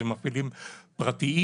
זה מפעילים פרטיים.